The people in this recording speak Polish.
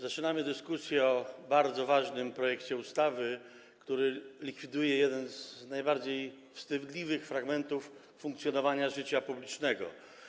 Zaczynamy dyskusję o bardzo ważnym projekcie ustawy, który likwiduje jeden z najbardziej wstydliwych fragmentów funkcjonowania życia publicznego.